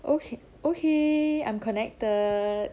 okay okay I'm connected